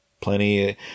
plenty